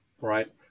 right